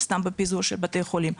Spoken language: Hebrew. סתם בפיזור של בתי חולים,